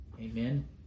Amen